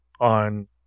on